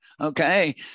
Okay